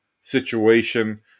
situation